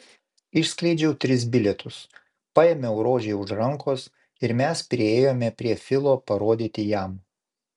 išskleidžiau tris bilietus paėmiau rožei už rankos ir mes priėjome prie filo parodyti jam